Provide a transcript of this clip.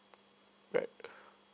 right